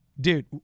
dude